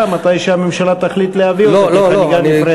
כשהממשלה תחליט להביא אותה כחקיקה נפרדת.